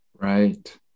Right